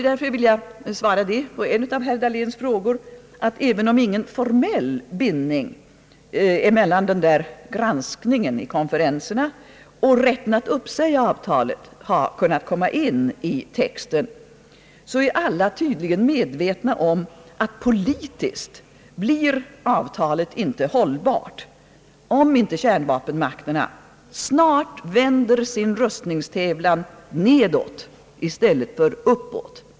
Därför vill jag besvara en av herr Dahléns frågor så, att även om ingen formell bindning mellan granskningen vid konferenserna och rätten att säga upp avtalet har kunnat komma in i texten, är alla tydligen medvetna om att avtalet politiskt inte blir hållbart därest inte kärnvapenmakterna snart vänder sin rustningstävlan nedåt i stället för uppåt.